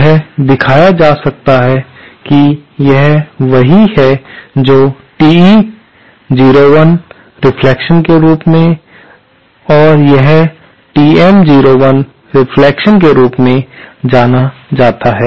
यह दिखाया जा सकता है कि यह वही है जो TE01 परावर्तन के रूप में और यह TM01 परावर्तन के रूप में जाना जाता है